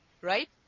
right